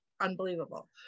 unbelievable